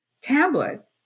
tablet